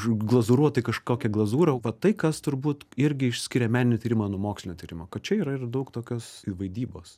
užglazūruota į kažkokią glazūrą va tai kas turbūt irgi išsiskiria meninį tyrimą nuo mokslinio tyrimo kad čia yra ir daug tokios vaidybos